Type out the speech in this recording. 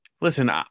listen